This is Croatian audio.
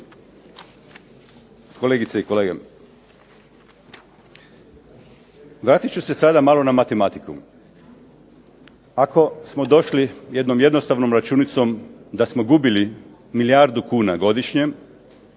Kolegice i kolege, vratit ću se sada malo na matematiku. Ako smo došli jednom jednostavnom računicom da smo gubili milijardu kuna godišnje,